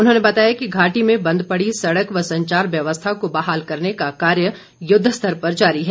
उन्होंने बताया कि घाटी में बंद पड़ी सड़क व संचार व्यवस्था को बहाल करने का कार्य युद्ध स्तर पर जारी है